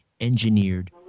engineered